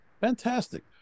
Fantastic